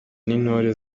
n’intore